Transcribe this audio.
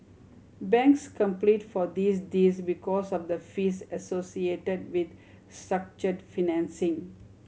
banks complete for these deals because of the fees associated with structured financing